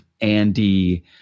Andy